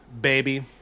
baby